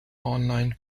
online